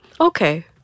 Okay